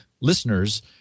listeners –